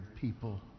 people